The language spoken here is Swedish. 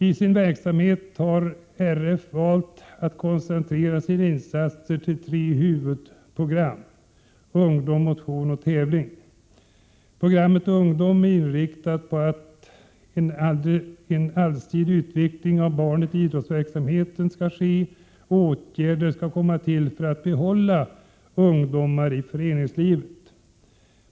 I sin verksamhet har RF valt att koncentrera sina insatser till tre huvudprogram, Ungdom, Motion och Tävling. Programmet Ungdom är inriktat på att det i idrottsverksamheten skall ske en allsidig utveckling av Prot. 1987/88:130 «barnet och att åtgärder skall vidtas för att behålla ungdomar i föreningslivet.